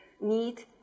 need